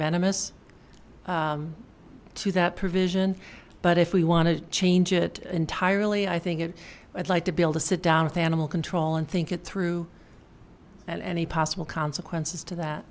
venomous to that provision but if we want to change it entirely i think it would like to be able to sit down with animal control and think it through and any possible consequences to that